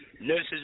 Nurses